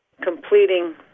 completing